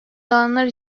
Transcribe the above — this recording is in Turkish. alanlar